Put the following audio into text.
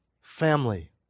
family